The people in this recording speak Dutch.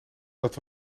dat